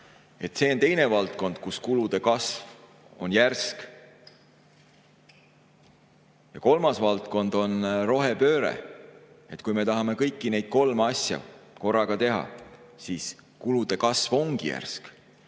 See on teine valdkond, kus kulude kasv on järsk. Ja kolmas valdkond on rohepööre. Kui me tahame kõiki neid kolme asja korraga teha, siis kulude kasv ongi järsk.